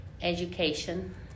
Education